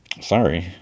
sorry